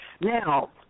Now